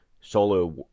solo